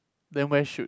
then where should